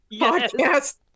podcast